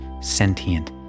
sentient